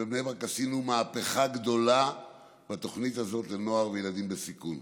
בבני ברק עשינו מהפכה גדולה בתוכנית הזאת לנוער וילדים בסיכון.